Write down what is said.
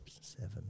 seven